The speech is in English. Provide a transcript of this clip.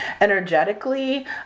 energetically